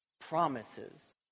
promises